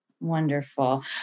Wonderful